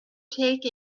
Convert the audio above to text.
take